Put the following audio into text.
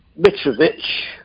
Mitrovic